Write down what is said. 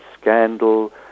scandal